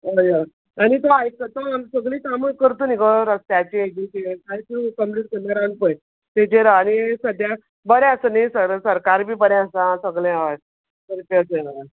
हय हय आनी तो आयकता आनी सगलीं कामां करत न्ही गो रस्त्याचीं हाजीं कितें आसूं कंप्लीट करून रावन पळय ताजेर आ आनी सद्द्या बरें आसा न्ही सर सरकार बी बरें आसा सगलें हय